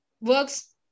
works